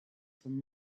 from